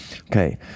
Okay